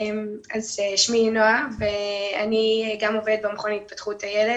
שמי נועה, אני גם עובדת במכון להתפתחות הילד